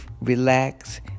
relax